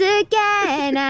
again